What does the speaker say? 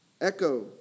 Echo